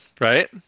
Right